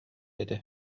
этэ